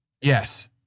Yes